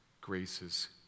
graces